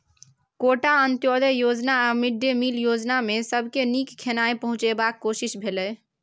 quota, Antyodaya योजना आ mid day meal योजनामे सबके नीक खेनाइ पहुँचेबाक कोशिश भेलै